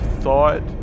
thought